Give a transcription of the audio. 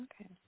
Okay